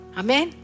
amen